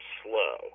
slow